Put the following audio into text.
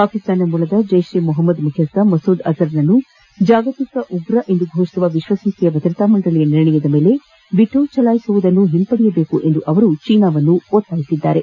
ಪಾಕಿಸ್ತಾನ ಮೂಲದ ಜೈಷ ಮುಪಮ್ಮದ್ ಮುಖ್ಯಸ್ಥ ಮಸೂದ್ ಅಜರ್ನನ್ನು ಜಾಗತಿಕ ಭಯೋತ್ವಾದಕ ಎಂದು ಘೋಷಿಸುವ ವಿಶ್ವಸಂಸ್ಥೆಯ ಭದ್ರತಾ ಮಂಡಳಿಯ ನಿರ್ಣಯದ ಮೇಲೆ ವಿಟೋ ಚಲಾಯಿಸುವುದನ್ನು ಹಿಂಪಡೆಯಬೇಕು ಎಂದು ಅವರು ಚೀನಾವನ್ನು ಒತ್ತಾಯಿಸಿದ್ದಾರೆ